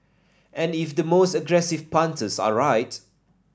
and if the most aggressive punters are right